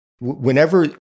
whenever